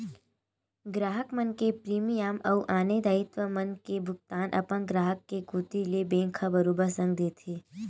गराहक मन के प्रीमियम अउ आने दायित्व मन के भुगतान अपन ग्राहक के कोती ले बेंक ह बरोबर संग देथे